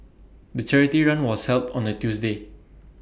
the charity run was held on A Tuesday